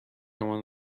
مان